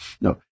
No